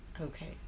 Okay